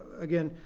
again,